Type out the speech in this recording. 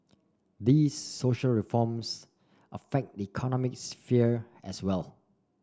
these social reforms affect the economic sphere as well